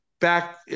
back